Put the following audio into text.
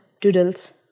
doodles